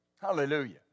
Hallelujah